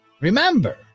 remember